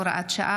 (הוראת שעה,